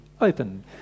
open